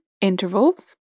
intervals